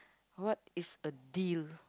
what is a deal